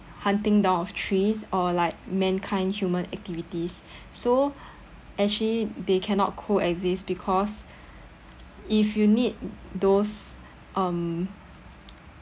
hunting down of trees or like mankind human activities so actually they cannot co-exist because if you need those um